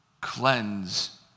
cleanse